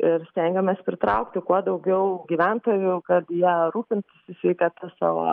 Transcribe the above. ir stengiamės pritraukti kuo daugiau gyventojų kad jie rūpintųsi sveikata savo